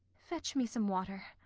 fetch me some water,